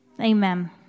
Amen